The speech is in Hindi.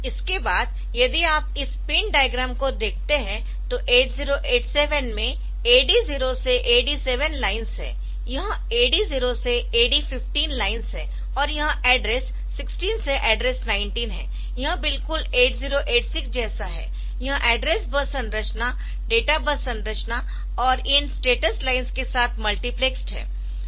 इसके बाद यदि आप इस पिन डायग्राम को देखते है तो 8087 में AD0 से AD7 लाइन्स है यह AD0 से AD15 लाइन्स है और यह एड्रेस 16 से एड्रेस 19 है यह बिल्कुल 8086 जैसा है यह एड्रेस बस संरचना डेटा बस और इन स्टेटस लाइन्स के साथ मल्टीप्लेक्सड है